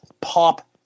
Pop